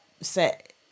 set